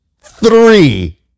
three